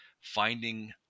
finding